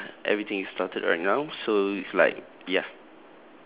ya everything is started right now so it's like ya